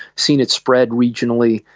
seen it spread regionally,